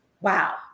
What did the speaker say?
wow